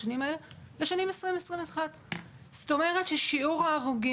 בשנים 2020 2021. זאת אומרת ששיעור ההרוגים